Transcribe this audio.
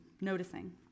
noticing